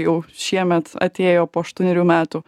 jau šiemet atėjo po aštuonerių metų